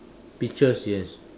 peaches yes